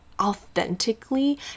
authentically